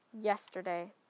yesterday